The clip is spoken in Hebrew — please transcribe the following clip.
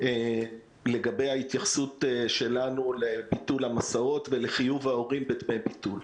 לגבי ההתייחסות שלנו לביטול המסעות ולחיוב ההורים בדמי ביטול.